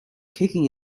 kicking